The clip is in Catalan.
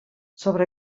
sobre